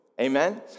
Amen